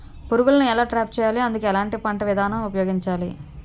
పురుగులను ఎలా ట్రాప్ చేయాలి? అందుకు ఎలాంటి పంట విధానం ఉపయోగించాలీ?